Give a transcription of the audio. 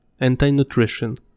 anti-nutrition